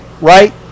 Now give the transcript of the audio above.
right